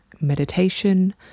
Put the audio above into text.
meditation